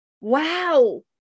wow